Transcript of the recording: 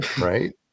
right